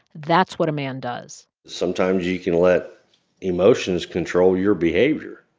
that's what a man does sometimes you can let emotions control your behavior.